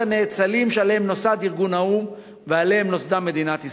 הנאצלים שעליהם נוסד ארגון האו"ם ועליהם נוסדה מדינת ישראל.